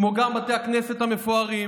כמו גם בתי הכנסת המפוארים,